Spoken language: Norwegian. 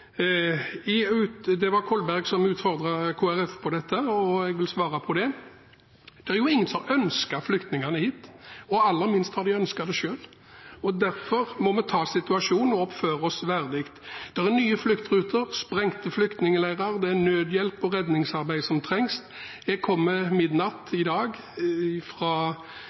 Det var Kolberg som utfordret Kristelig Folkeparti på dette, og jeg vil svare på det. Det er ingen som ønsker flyktninger, og aller minst har de kanskje ønsket det selv. Derfor må vi ta situasjonen og oppføre oss verdig. Det er nye fluktruter og sprengte flyktningleirer. Det er nødhjelp og redningsarbeid som trengs. Jeg kom ved midnatt i dag fra